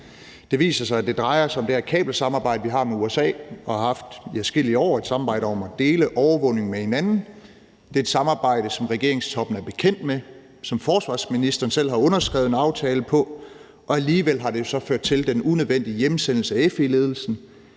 Det viser sig, at det drejer sig om det her kabelsamarbejde, vi har med USA og har haft i adskillige år – et samarbejde om at dele overvågning med hinanden. Det er et samarbejde, som regeringstoppen er bekendt med, og som forsvarsministeren selv har underskrevet en aftale på, men alligevel har det så ført til den unødvendige hjemsendelse af FE-ledelsen.